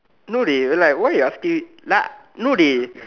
no dey like why you asking me like no dey